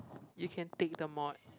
you can take the mod